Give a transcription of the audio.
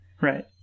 Right